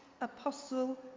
apostle